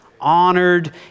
honored